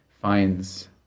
finds